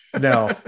No